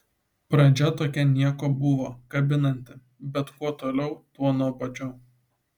pradžia tokia nieko buvo kabinanti bet kuo toliau tuo nuobodžiau